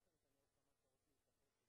החלת דין הרציפות התקבלה.